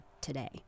today